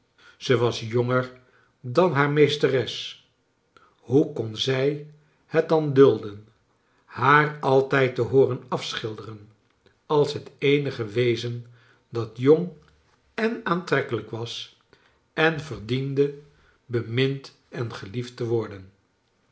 zij was jonger dan haar mees teres hoe kon zij het dan dulden haar altijd te hooren afschilderen als hel eenige wezen dat jong en aantrekkelijk was en verdiende bemind en gelief d te worden